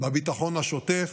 בביטחון השוטף,